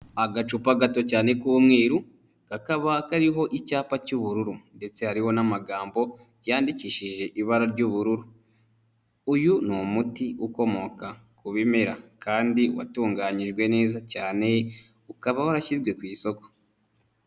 Agacupa gato cyane k'umweru kakaba kariho icyapa cy'ubururu ndetse hariho n'amagambo yandikishije ibara ry'ubururu. Uyu ni umuti ukomoka ku bimera kandi watunganyijwe neza cyane ukaba warashyizwe ku isoko.